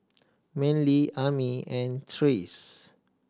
Manley Ami and Trace